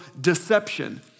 deception